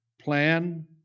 plan